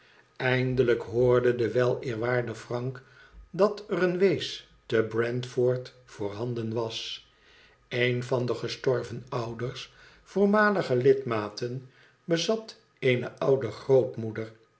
eindelijk hoorde de weleerwaarde frank dat er een wees te brentford voorhanden was een van de gestorven ouders voormalige lidmaten bezat eene oude grootmoeder